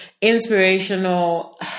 inspirational